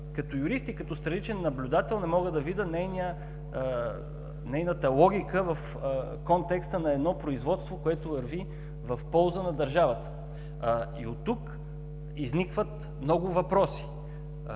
като юрист, като страничен наблюдател, не мога да видя нейната логика в контекста на едно производство, което върви в полза на държавата. И оттук изникват много въпроси